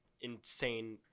insane